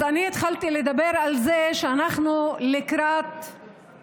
אני מבין שאתה משתמש בתקנון רק כשאתה רוצה.